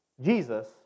Jesus